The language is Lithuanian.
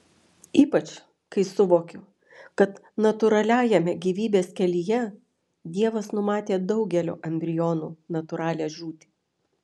ypač kai suvokiu kad natūraliajame gyvybės kelyje dievas numatė daugelio embrionų natūralią žūtį